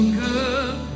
good